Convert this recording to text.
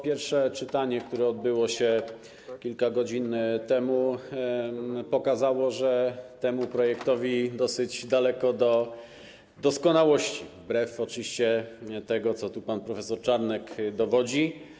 Pierwsze czytanie, które odbyło się kilka godzin temu, pokazało, że temu projektowi dosyć daleko do doskonałości, wbrew temu, co tutaj pan prof. Czarnek dowodzi.